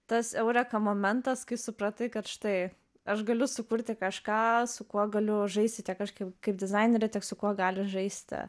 tas eureka momentas kai supratai kad štai aš galiu sukurti kažką su kuo galiu žaisti kažkaip kaip dizainerė tiek su kuo gali žaisti